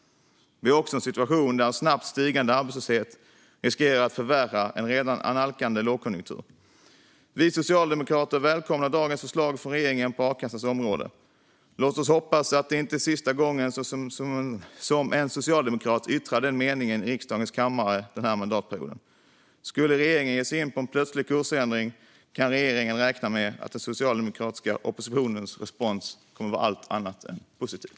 Vi har också en situation där en snabbt stigande arbetslöshet riskerar att förvärra en redan annalkande lågkonjunktur. Vi socialdemokrater välkomnar dagens förslag från regeringen på akassans område. Låt oss hoppas att det inte är sista gången som en socialdemokrat yttrar den meningen i riksdagens kammare under denna mandatperiod. Skulle regeringen ge sig in på en plötslig kursändring kan regeringen räkna med att den socialdemokratiska oppositionens respons kommer att vara allt annat än positiv.